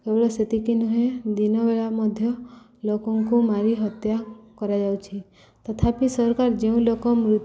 କେବଳ ସେତିକି ନୁହେଁ ଦିନ ବେଳା ମଧ୍ୟ ଲୋକଙ୍କୁ ମାରି ହତ୍ୟା କରାଯାଉଛି ତଥାପି ସରକାର ଯେଉଁ ଲୋକ ମୃତ